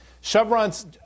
Chevron's